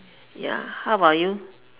ya how about you